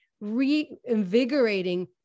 reinvigorating